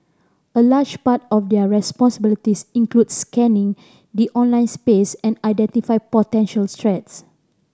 a large part of their responsibilities includes scanning the online space and identify potential threats